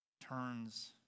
turns